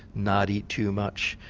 not eat too much,